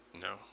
no